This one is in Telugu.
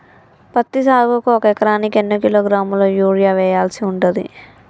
పత్తి సాగుకు ఒక ఎకరానికి ఎన్ని కిలోగ్రాముల యూరియా వెయ్యాల్సి ఉంటది?